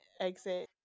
exit